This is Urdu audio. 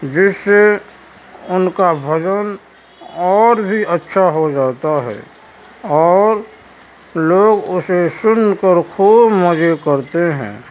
جس سے ان کا بھجن اور بھی اچھا ہو جاتا ہے اور لوگ اسے سن کر خوب مزے کرتے ہیں